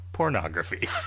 Pornography